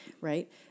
Right